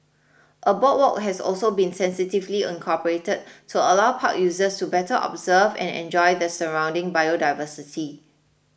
a boardwalk has also been sensitively incorporated to allow park users to better observe and enjoy the surrounding biodiversity